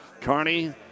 Carney